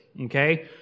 okay